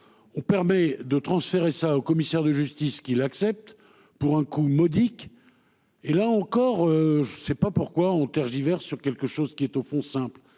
On permet de transférer ça au commissaire de justice qui l'accepte pour un coût modique. Et là encore je sais pas pourquoi on tergiverse sur quelque chose qui est au fond simple.